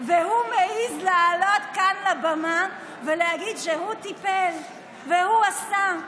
והוא מעז לעלות לכאן לבמה ולהגיד שהוא טיפל והוא עשה,